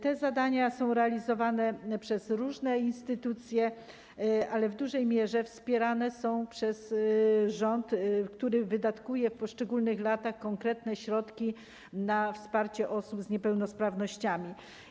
Te zadania są realizowane przez różne instytucje, ale w dużej mierze wspierane są przez rząd, który w poszczególnych latach wydatkuje konkretne środki na wsparcie osób z niepełnosprawnościami.